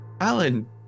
Alan